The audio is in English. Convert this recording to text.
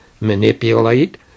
manipulate